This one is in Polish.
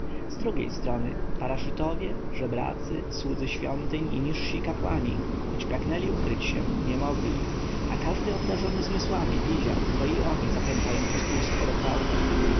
z drugiej strony paraszytowie żebracy słudzy świątyń i niżsi kapłani choć pragnęli ukryć się nie mogli a każdy obdarzony zmysłami widział że i oni zachęcają pospólstwo do gwałtu